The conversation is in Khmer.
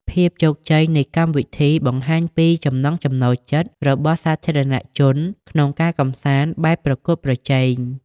ភាពជោគជ័យនៃកម្មវិធីបង្ហាញពី ចំណង់ចំណូលចិត្ត របស់សាធារណជនក្នុងការកម្សាន្តបែបប្រកួតប្រជែង។